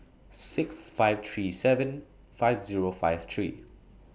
six five three seven five Zero five three